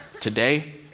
today